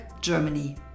Germany